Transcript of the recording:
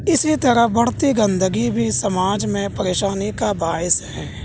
اسی طرح بڑھتی گندگی بھی سماج میں پریشانی کا باعث ہیں